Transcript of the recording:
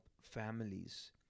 families